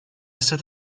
set